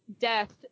death